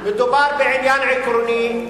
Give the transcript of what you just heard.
מדובר בעניין עקרוני.